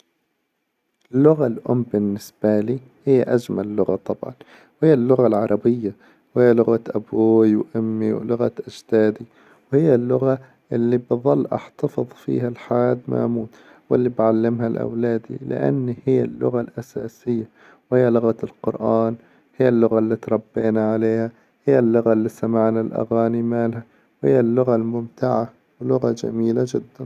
اللغة الأم بالنسبة لي هي أجمل لغة طبعا، وهي اللغة العربية، وهي لغة أبوي وأمي ولغة أجدادي، وهي اللغة إللي بظل أحتفظ فيها لحد ما أموت، وإللي بعلمها لأولادي لأن هي اللغة الأساسية، وهي لغة القرآن، وهي اللغة إللي تربينا عليها، وهي اللغة إللي سمعنا الأغاني مالها، وهي اللغة الممتعة ولغة جميلة جدا.